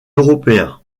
européens